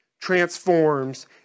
transforms